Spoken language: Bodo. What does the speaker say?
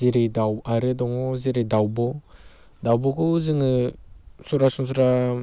जेरै दाउ आरो दङ जेरै दावब' दावब'खौ जोङो सरासनस्रा